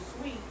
sweet